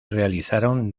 realizaron